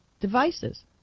devices